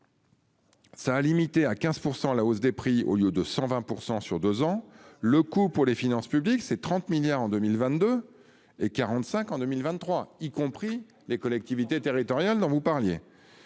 Ça a limité à 15% la hausse des prix au lieu de 120% sur 2 ans, le coût pour les finances publiques, c'est 30 milliards en 2022 et 45 en 2023, y compris les collectivités territoriales dont vous parliez.